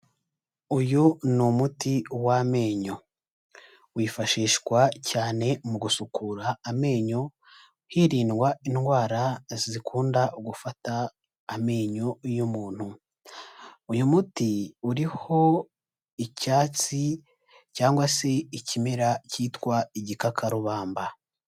Uyu ni umuti w'amenyo wifashishwa cyane mu gusukura amenyo hirindwa indwara zikunda gufata amenyo y'umuntu, uyu muti uriho icyatsi cyangwa se ikimera cyitwa igikakarubamba.